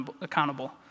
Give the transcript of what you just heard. accountable